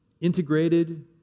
Integrated